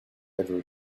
every